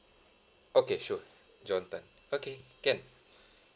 okay sure john tan okay can